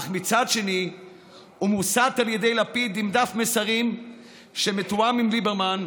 אך מצד שני הוא מוסת על ידי לפיד עם דף מסרים שמתואם עם ליברמן,